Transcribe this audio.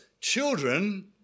children